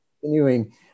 continuing